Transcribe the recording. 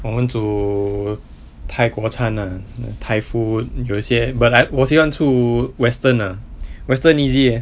我们煮泰国餐 ah thai food 有些 but like 我喜欢煮 western ah western easy